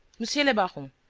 monsieur le baron,